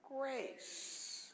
grace